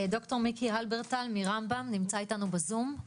ד"ר מיקי הלברטל מרמב"ם נמצא איתנו בזום.